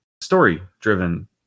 story-driven